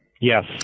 Yes